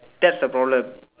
test the problem